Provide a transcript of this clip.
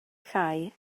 chau